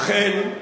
אכן,